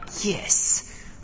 Yes